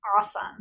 Awesome